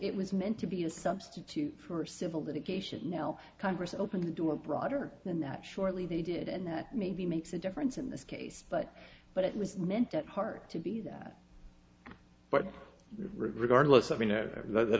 it was meant to be a substitute for civil litigation now congress opened the door broader than that surely they did and that maybe makes a difference in this case but but it was meant at heart to be that but regardless